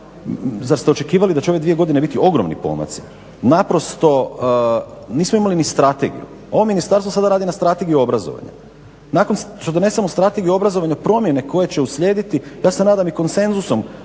zar ste očekivali da će ove dvije godine biti ogromni pomaci? Naprosto, nismo imali ni strategiju. Ovo ministarstvo sada radi na strategiji obrazovanja. Nakon što donesemo strategiju obrazovanja promjene koje će uslijediti ja se nadam i konsenzusom